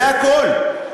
זה הכול.